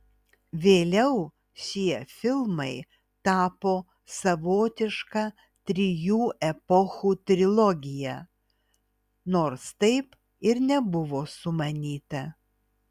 vėliau šie filmai tapo savotiška trijų epochų trilogija nors taip ir nebuvo sumanyta